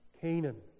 Canaan